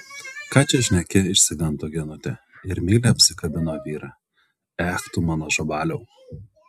ką čia šneki išsigando genutė ir meiliai apsikabino vyrą ech tu mano žabaliau